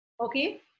Okay